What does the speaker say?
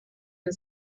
and